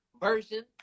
version